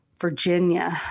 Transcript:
Virginia